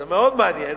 זה מאוד מעניין,